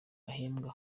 uhembwa